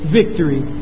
victory